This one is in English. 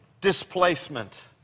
displacement